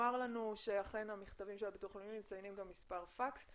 שתאמר לנו שאכן המכתבים של הביטוח הלאומי מציינים גם מספר פקס.